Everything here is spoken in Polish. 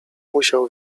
musiał